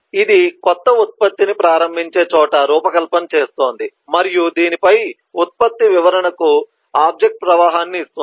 ఇది క్రొత్త ఉత్పత్తిని ప్రారంభించే చోట రూపకల్పన చేస్తోంది మరియు దీనిపై ఉత్పత్తి వివరణకు ఆబ్జెక్ట్ ప్రవాహాన్ని ఇస్తుంది